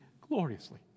gloriously